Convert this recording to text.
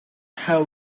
her